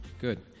Good